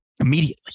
immediately